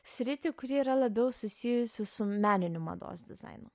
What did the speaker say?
sritį kuri yra labiau susijusi su meniniu mados dizainu